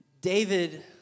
David